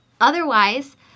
otherwise